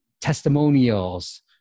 testimonials